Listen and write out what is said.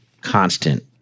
constant